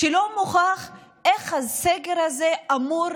כשלא מוכח איך הסגר הזה אמור